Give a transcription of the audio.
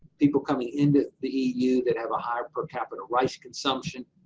people coming into the eu that have a higher-per capita rice consumption.